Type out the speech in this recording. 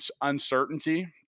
uncertainty